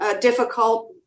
difficult